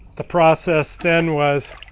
the process then was,